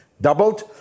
doubled